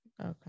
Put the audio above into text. okay